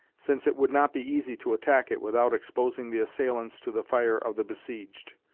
since it would not be easy to attack it without exposing the assailants to the fire of the besieged.